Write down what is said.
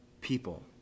people